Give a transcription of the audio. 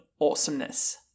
awesomeness